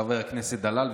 חבר הכנסת דלל,